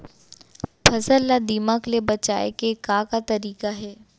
फसल ला दीमक ले बचाये के का का तरीका हे?